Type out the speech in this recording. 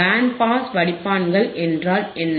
pant pass வடிப்பான்கள் என்றால் என்ன